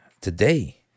today